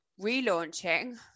relaunching